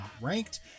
ranked